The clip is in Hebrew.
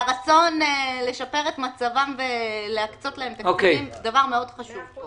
והרצון לשפר את מצבם ולהקצות להם תקציבים זה דבר מאוד חשוב פה.